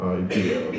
idea